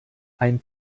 ein